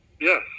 yes